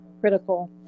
critical